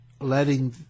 letting